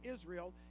Israel